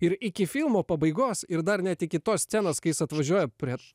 ir iki filmo pabaigos ir dar net iki tos scenos kai jis atvažiuoja prieš